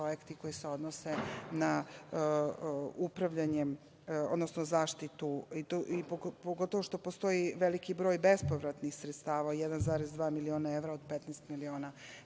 koji se odnose na upravljanje, odnosno zaštitu, pogotovo što postoji veliki broj bespovratnih sredstava, 1,2 miliona evra od 15 miliona evra,